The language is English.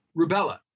rubella